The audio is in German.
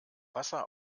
wasser